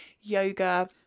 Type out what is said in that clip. yoga